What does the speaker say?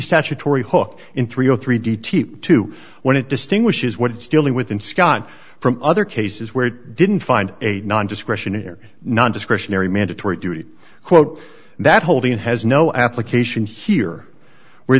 statutory hawk in three o three d t two when it distinguishes what it's dealing with in scotland from other cases where it didn't find a non discretionary nondiscretionary mandatory duty quote that holding it has no application here where